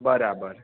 બરાબર